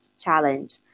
challenge